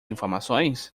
informações